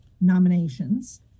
nominations